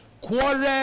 Quarry